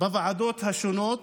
בוועדות השונות,